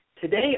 Today